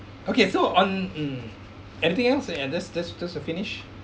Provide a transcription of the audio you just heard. okay so on mm anything else ya just just to to finish